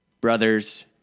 brothers